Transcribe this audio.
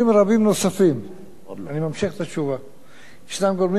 ישנם גורמים רבים נוספים שמשפיעים על נושא הבטיחות בדרכים.